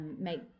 make